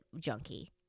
junkie